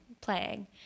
playing